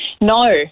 No